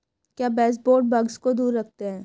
क्या baseboard bugs को दूर रखते हैं?